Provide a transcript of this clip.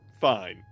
fine